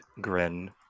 grin